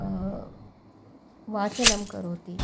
वाचनं करोति